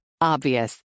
Obvious